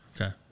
Okay